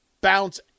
bounce